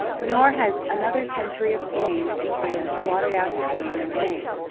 nor has another century of change in france blotted out his name and fame.